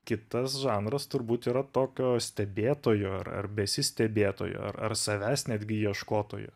kitas žanras turbūt yra tokio stebėtojo ar besistebėtojo ar ar savęs netgi ieškotojo